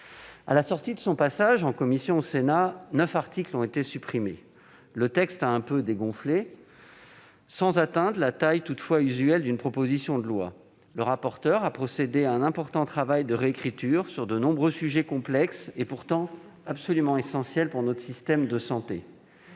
À l'issue de son passage en commission au Sénat, neuf articles ont été supprimés. Le texte a un peu dégonflé, sans atteindre toutefois la taille usuelle d'une proposition de loi. Le rapporteur a procédé à un important travail de réécriture sur de nombreux sujets complexes et pourtant absolument essentiels pour notre système de santé.